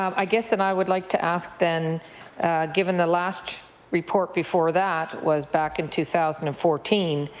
um i guess and i would like to ask then given the last report before that was back in two thousand and fourteen,